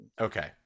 okay